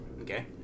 Okay